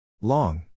Long